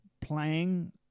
playing